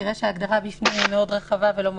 ההגדרה בפנים היא מאוד רחבה ולא מגבילה.